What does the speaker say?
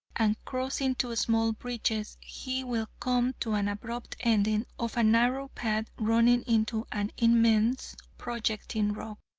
and crossing two small bridges, he will come to an abrupt ending of a narrow path running into an immense projecting rock.